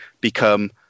become